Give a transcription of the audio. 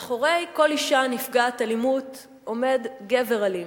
מאחורי כל אשה נפגעת אלימות עומד גבר אלים,